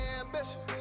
ambition